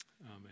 Amen